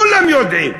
כולם יודעים.